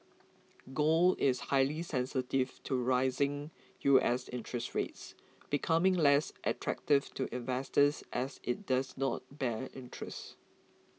gold is highly sensitive to rising U S interest rates becoming less attractive to investors as it does not bear interest